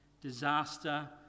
disaster